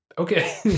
Okay